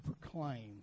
proclaim